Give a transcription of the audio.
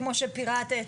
כמו שפירטת,